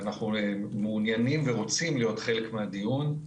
אנחנו מעוניינים ורוצים להיות חלק מן הדיון,